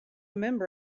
member